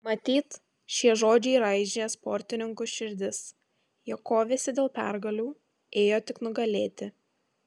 matyt šie žodžiai raižė sportininkų širdis jie kovėsi dėl pergalių ėjo tik nugalėti